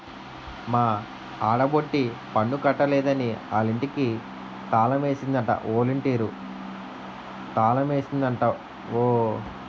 మా ఆడబొట్టి పన్ను కట్టలేదని ఆలింటికి తాలమేసిందట ఒలంటీరు తాలమేసిందట ఓ